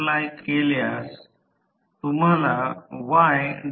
8 मागे असणारा power factor 20 ampere मिळेल